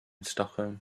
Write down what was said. stockholm